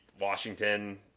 Washington